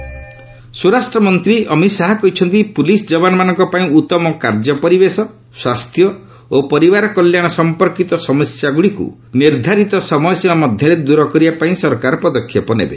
ଅମିତ ଶାହା ସ୍ୱରାଷ୍ଟ୍ର ମନ୍ତ୍ରୀ ଅମିତ ଶାହା କହିଛନ୍ତି ପୁଲିସ୍ ଯବାନମାନଙ୍କ ପାଇଁ ଉତ୍ତମ କାର୍ଯ୍ୟ ପରିବେଶ ସ୍ୱାସ୍ଥ୍ୟ ଓ ପରିବାର କଲ୍ୟାଣ ସମ୍ପର୍କୀତ ସମସ୍ୟାଗୁଡ଼ିକୁ ନିର୍ଦ୍ଧାରିତ ସମୟସୀମା ମଧ୍ୟରେ ଦୂର କରିବା ପାଇଁ ସରକାର ପଦକ୍ଷେପ ନେବେ